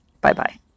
Bye-bye